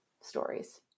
stories